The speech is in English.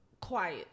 quiet